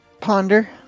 Ponder